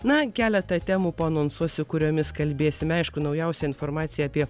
na keletą temų paanonsuosiu kuriomis kalbėsime aišku naujausią informaciją apie